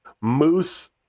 Moose